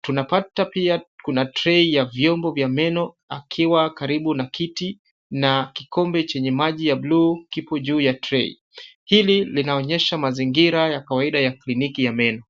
Tunapata pia kuna tray ya vyombo vya meno akiwa karibu na kiti, na kikombe chenye maji ya bluu kipo juu ya tray . Hili linaonyesha mazingira ya kawaida ya kliniki ya meno.